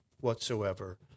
whatsoever